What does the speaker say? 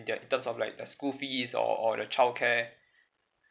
their in terms of like the school fees or or the childcare